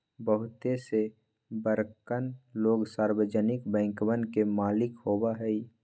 बहुते से बड़कन लोग सार्वजनिक बैंकवन के मालिक होबा हई